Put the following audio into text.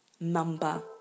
number